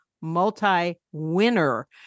multi-winner